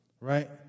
right